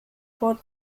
vor